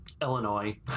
Illinois